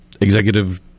executive